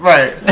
Right